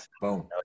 Boom